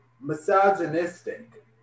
misogynistic